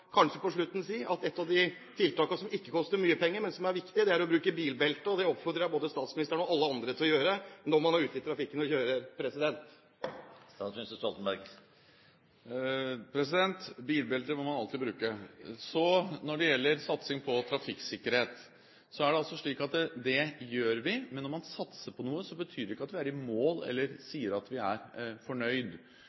si at ett av de tiltakene som ikke koster mye penger, men som er viktig, er det å bruke bilbelte. Det oppfordrer jeg både statsministeren og alle andre til å gjøre når man er ute i trafikken og kjører. Bilbelte må man alltid bruke. Når det gjelder satsing på trafikksikkerhet, så gjør vi det. Men når man satser på noe, betyr ikke det at vi er i mål, eller